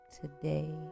today